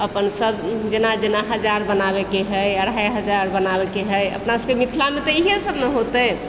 अपन सभ जेना जेना हजार बनाबैके है अढ़ाई हजार बनाबैके है अपना सभके मिथिलामे तऽ इएह सभ नऽ होतय